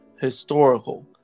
historical